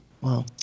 Wow